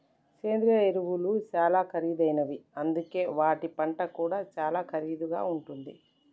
సేంద్రియ ఎరువులు చాలా ఖరీదైనవి అందుకనే వాటి పంట కూడా చాలా ఖరీదుగా ఉంటుంది